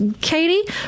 Katie